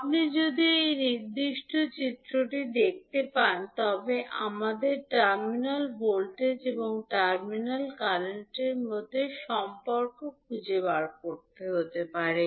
আপনি যদি এই নির্দিষ্ট চিত্রটি দেখতে পান তবে আমাদের টার্মিনাল ভোল্টেজ এবং টার্মিনাল কারেন্টের মধ্যে সম্পর্ক খুঁজে বের করতে হবে